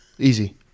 Easy